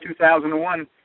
2001